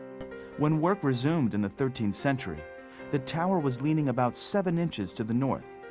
when work resumed in the thirteenth century the tower was leaning about seven inches to the north.